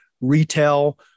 retail